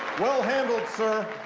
well handled, sir.